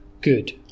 good